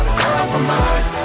compromise